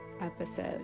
episode